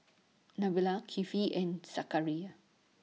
Nabila Kifli and Zakaria